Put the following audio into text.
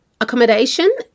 Accommodation